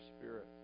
spirit